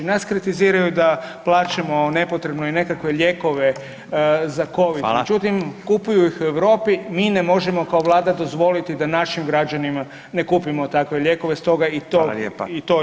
Nas kritiziraju da plaćamo nepotrebno i nekakve lijekove za Covid, [[Upadica: Hvala.]] međutim, kupuju ih u Europi, mi ne možemo kao Vlada dozvoliti da našim građanima ne kupimo takve lijekove, stoga i to [[Upadica: Hvala lijepa.]] imamo